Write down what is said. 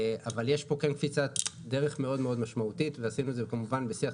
אבל יש פה קפיצת דרך מאוד מאוד משמעותית ועשינו את זה כמובן בשיח.